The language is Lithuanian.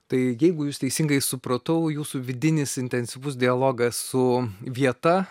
taigi jeigu jus teisingai supratau jūsų vidinis intensyvus dialogas su vieta